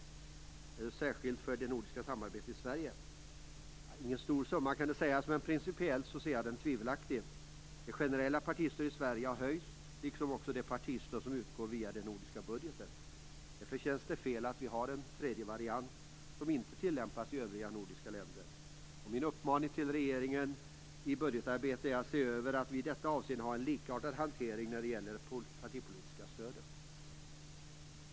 Det gäller särskilt det nordiska samarbetet i Sverige. Det är väl ingen stor summa, men principiellt tycker jag att den är tvivelaktig. Det generella partistödet i Sverige har höjts, liksom det partistöd som utgår via den nordiska budgeten. Därför känns det fel att vi har en tredje variant, en ordning som inte tillämpas i övriga nordiska länder. Min uppmaning till regeringen i samband med budgetarbetet är att den ser över att det är en likartad hantering när det gäller partipolitiskt stöd.